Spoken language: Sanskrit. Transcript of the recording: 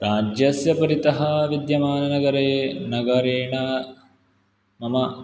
राज्यस्य परितः विद्यामाननगरे नगरेण मम